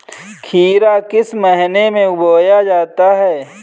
खीरा किस महीने में बोया जाता है?